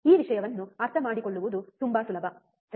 ಈ ವಿಷಯವನ್ನು ಅರ್ಥಮಾಡಿಕೊಳ್ಳುವುದು ತುಂಬಾ ಸುಲಭ ಸರಿ